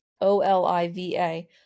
O-L-I-V-A